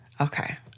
Okay